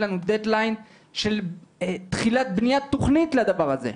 לנו דד ליין של תחילת בניית תכנית לדבר הזה.